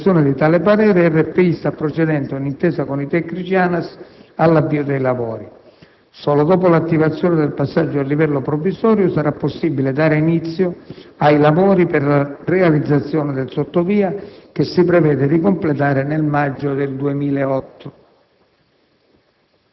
In attesa della formalizzazione di tale parere, RFI sta procedendo, d'intesa con i tecnici ANAS, all'avvio dei lavori. Solo dopo l'attivazione del passaggio a livello provvisorio sarà possibile dare inizio ai lavori per la realizzazione del sottovia, che si prevede di completare nel maggio del 2008.